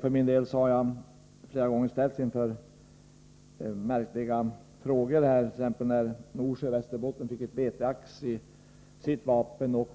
För min del har jag flera gånger ställts inför märkliga frågor, som t.ex. när Norsjö kommun i Västerbotten fick ett veteax i sitt vapen.